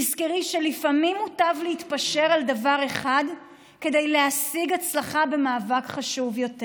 תזכרי שלפעמים מוטב להתפשר על דבר אחד כדי להשיג הצלחה במאבק חשוב יותר.